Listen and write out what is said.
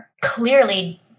clearly